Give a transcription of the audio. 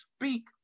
speak